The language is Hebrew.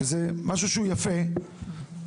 שזה משהו שהוא יפה,